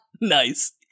Nice